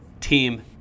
team